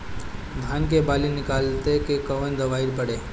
धान के बाली निकलते के कवन दवाई पढ़े?